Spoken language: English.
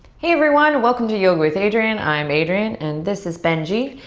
hey everyone. welcome to yoga with adriene. i'm adriene and this is benji.